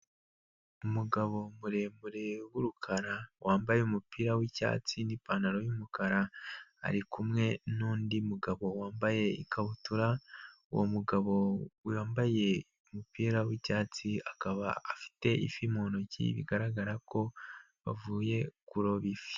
Umugabo muremure w'urukara wambaye umupira w'icyatsi n'ipantaro y'umukara, arikumwe n'undi mugabo wambaye ikabutura, uwo mugabo wambaye umupira w'icyatsi akaba afite ifi mu ntoki, bigaragara ko bavuye kuroba ifi.